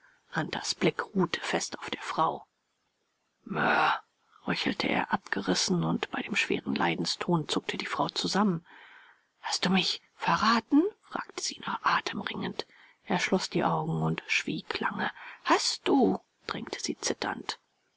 hunters blick ruhte fest auf der frau mör röchelte er abgerissen und bei dem schweren leidenston zuckte die frau zusammen hast du mich verraten fragte sie nach atem ringend er schloß die augen und schwieg lange hast du drängte sie zitternd